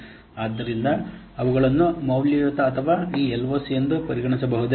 ಆದ್ದರಿಂದ ಅವುಗಳನ್ನು ಮೌಲ್ಯಯುತ ಅಥವಾ ಈ LOC ಎಂದು ಪರಿಗಣಿಸಬಹುದೇ